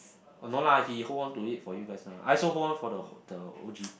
oh no lah he hold on to it for you guys lah I also hold on for the h~ the O_G